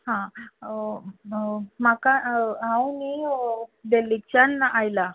हा म्हाका हांव न्ही देल्लीच्यान आयला